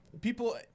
people